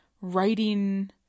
writing